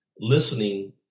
listening